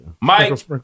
Mike